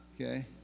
okay